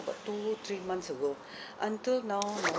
about two three months ago until now no